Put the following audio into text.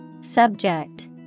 Subject